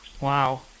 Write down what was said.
Wow